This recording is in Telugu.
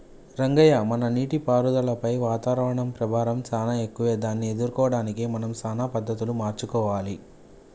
రంగయ్య మన నీటిపారుదలపై వాతావరణం ప్రభావం సానా ఎక్కువే దాన్ని ఎదుర్కోవడానికి మనం సానా పద్ధతులు మార్చుకోవాలి